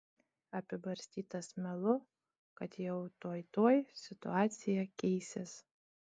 apibarstytas melu kad jau tuoj tuoj situacija keisis